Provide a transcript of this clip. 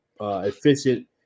efficient